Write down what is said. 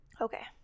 okay